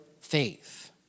faith